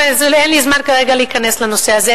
ואין לי זמן כרגע להיכנס לנושא הזה,